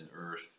earth